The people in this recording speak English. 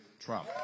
Trump